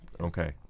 okay